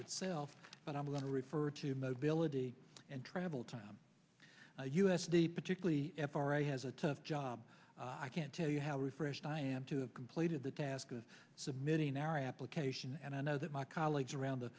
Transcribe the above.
itself but i'm going to refer to mobility and travel time u s d particularly f r a has a tough job i can't tell you how refreshed i am to have completed the task of submitting their application and i know that my colleagues around the